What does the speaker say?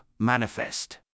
Manifest